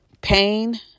pain